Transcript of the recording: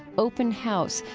open house,